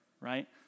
right